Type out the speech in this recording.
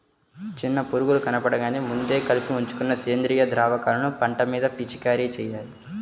చిన్న పురుగులు కనబడగానే ముందే కలిపి ఉంచుకున్న సేంద్రియ ద్రావకాలను పంట మీద పిచికారీ చెయ్యాలి